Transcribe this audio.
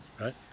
right